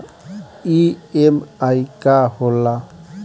EMI का होला?